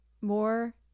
more